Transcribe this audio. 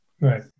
Right